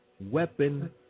weapon